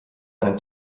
einen